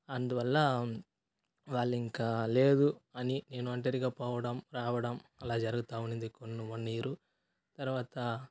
అందువల్ల వాళ్ళు ఇంకలేదు అని నేను ఒంటరిగా పోవడం రావడం అలా జరుగుతు ఉండింది కొన్ని వన్ ఇయరు తర్వాత